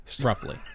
Roughly